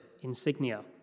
insignia